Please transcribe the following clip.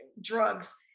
drugs